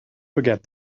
forget